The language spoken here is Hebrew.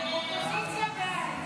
הסתייגות 10 לא נתקבלה.